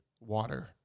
water